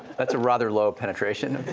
that's a rather low penetration.